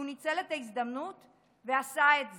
והוא ניצל את ההזדמנות ועשה את זה.